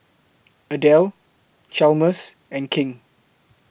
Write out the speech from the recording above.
Adelle Chalmers and King